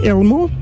Elmo